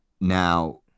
now